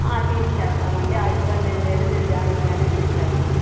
ఆ తీసుకెళ్తామండి ఆ ఇబ్బంది ఏమీ లేదు మేము జాగ్రత్తగానే తీసుకెళ్తాం